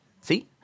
See